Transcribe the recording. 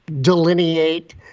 delineate